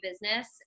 business